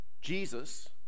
Jesus